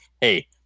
hey